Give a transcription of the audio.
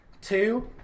Two